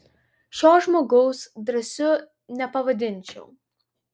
šio žmogaus drąsiu nepavadinčiau